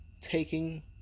taking